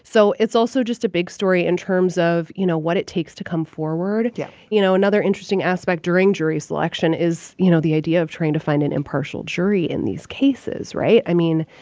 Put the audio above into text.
so it's also just a big story in terms of, you know, what it takes to come forward yeah you know, another interesting aspect during jury selection is, you know, the idea of trying to find an impartial jury in these cases, right? i mean,